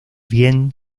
bien